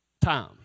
time